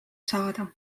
saada